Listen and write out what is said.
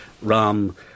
Ram